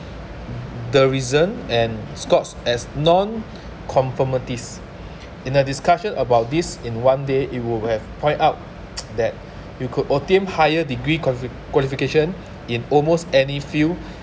the reason and scores as nonconformities in a discussion about this in one day it would have point out that you could obtain higher degree qualifi~ qualification in almost any field